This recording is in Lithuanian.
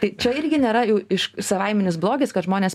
tai čia irgi nėra jau iš savaiminis blogis kad žmonės